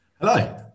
Hello